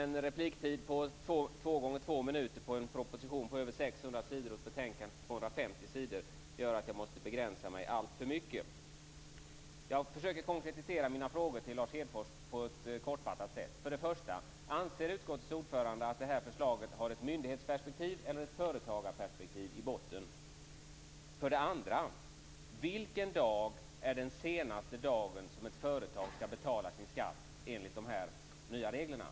En repliktid på två gånger två minuter i fråga om en proposition på över 600 sidor och ett betänkande på 250 sidor gör att jag måste begränsa mig alltför mycket. Jag försöker konkretisera mina frågor till Lars Hedfors på ett kortfattat sätt. För det första: Anser utskottets ordförande att det här förslaget har ett myndighetsperspektiv eller ett företagarperspektiv i botten? För det andra: Vilken dag är den senaste dagen som ett företag skall betala sin skatt enligt de nya reglerna?